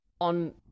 on